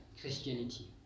Christianity